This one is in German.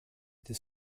des